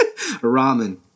ramen